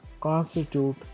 constitute